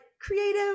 creative